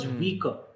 weaker